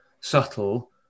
subtle